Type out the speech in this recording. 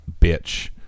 bitch